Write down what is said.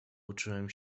uczyłem